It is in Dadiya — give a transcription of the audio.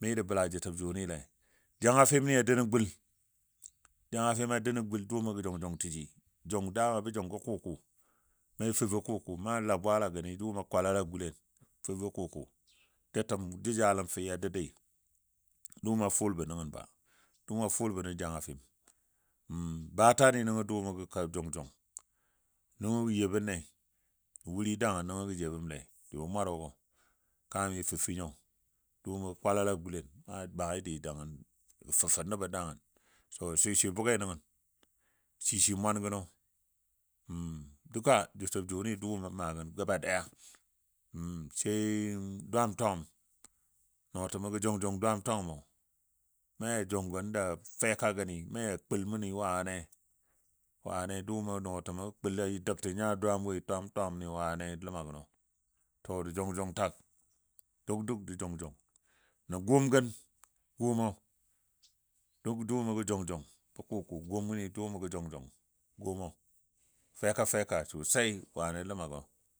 Mɨ mɨ jə bə jəti jʊnile, janga fim ni a dou nən gul, janga fimno a dou nən gul. Dʊʊmɔ gə jʊng jʊng təji, jʊng dama bə jʊng bə kʊku, fubə kʊkʊ. Na laa bwaalagəni dʊʊmɔ gə kwalala gulen, fubə kʊkʊ jənjalən fɨɨ a dou doui dʊʊmo a fʊlbɔ nəngən ba dʊʊmɔ a fʊlbɔ nən jangafɨɨm batani nəngɔ dʊʊmɔ gə jʊng nəngɔ gə yɔ bənle a wuri dagən nəngo gə yobənle jəbɔ morogɔ kami fəfə nyo, dʊʊmɔ kwalala gulen na maai dɨ dagən gɔ fəfə nəbɔ dagən so swɨ swɨ bʊg nəngən shi shi mwan gəno duka disɔ jʊni dʊʊmɔ a maa gən gaba daya sai dwaam twagəm nɔɔtəmɔ gə jʊng jʊng dwaam twagəmo naa jʊng gən ja feka gəni na ja kul mʊni wani, wani dʊʊmɔ nɔɔtəmɔ kul a dəgtə nya dwaamo woi. Wani ləma gənɔ. To da jʊng jʊng tak nən gumgəng duk dʊʊmo gə jʊng jʊng bə kʊʊ gʊm wʊni, dʊʊmo gə jʊng jʊng gʊmo feka feka sosai wani ləmago